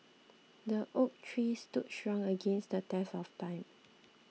the oak tree stood strong against the test of time